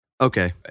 Okay